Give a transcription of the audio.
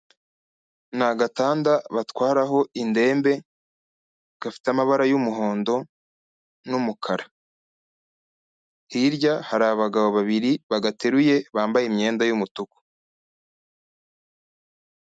Ni agatanda batwaraho indembe, gafite amabara y'umuhondo n'umukara. Hirya hari abagabo babiri bagateruye, bambaye imyenda y'umutuku.